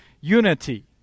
unity